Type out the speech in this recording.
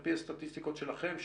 על פי הסטטיסטיקות שלכם,